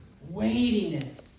Weightiness